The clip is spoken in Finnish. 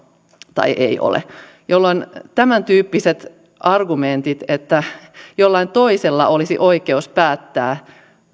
tai ei ole jolloin tämäntyyppiset argumentit että jollain toisella olisi oikeus päättää